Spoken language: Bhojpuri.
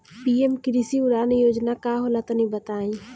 पी.एम कृषि उड़ान योजना का होला तनि बताई?